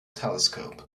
telescope